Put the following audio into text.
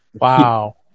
Wow